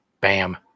Bam